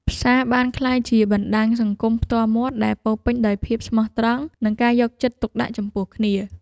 ផ្សារបានក្លាយជាបណ្ដាញសង្គមផ្ទាល់មាត់ដែលពោរពេញដោយភាពស្មោះត្រង់ និងការយកចិត្តទុកដាក់ចំពោះគ្នា។